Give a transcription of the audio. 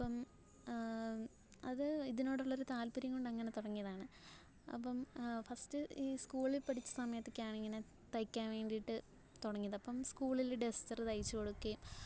അപ്പം അത് ഇതിനോടുള്ളൊരു താൽപ്പര്യം കൊണ്ടങ്ങനെ തുടങ്ങിയതാണ് അപ്പം ഫസ്റ്റ് ഈ സ്കൂളിൽ പഠിച്ച സമയത്തൊക്കെ ആണിങ്ങനെ തയ്ക്കാൻ വേണ്ടിയിട്ട് തുടങ്ങിയത് അപ്പം സ്കൂളിൽ ഡസ്റ്ററ് തയ്ച്ച് കൊടുക്കുകയും